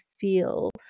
feel